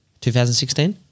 2016